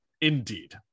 indeed